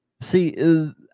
See